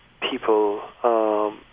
people